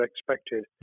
expected